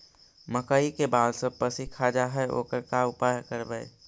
मकइ के बाल सब पशी खा जा है ओकर का उपाय करबै?